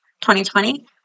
2020